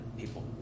people